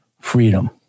freedom